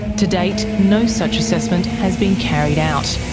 to date no such assessment has been carried out,